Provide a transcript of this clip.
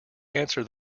answer